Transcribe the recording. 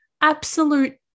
Absolute